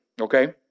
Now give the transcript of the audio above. okay